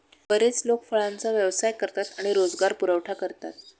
बरेच लोक फळांचा व्यवसाय करतात आणि रोजगार पुरवठा करतात